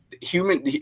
human